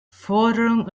forderungen